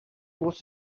was